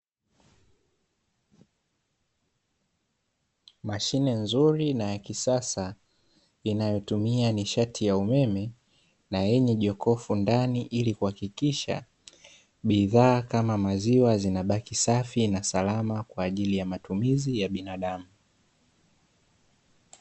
Mashine nzuri na yakisasa inayotumia nishati ya umeme na yenye jokofu ndani ili kuhakikisha bidhaa kama maziwa zinabaki safi na salama kwaajili ya matumizi ya binadamu.